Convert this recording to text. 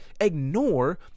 ignore